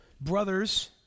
Brothers